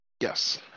Yes